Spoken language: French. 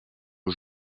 aux